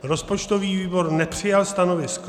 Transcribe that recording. Rozpočtový výbor nepřijal stanovisko.